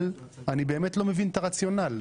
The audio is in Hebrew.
אבל אני באמת לא מבין את הרציונל.